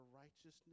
righteousness